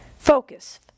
Focus